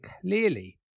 clearly